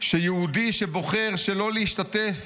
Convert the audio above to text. שיהודי שבוחר שלא להשתתף